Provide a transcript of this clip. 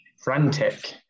Frantic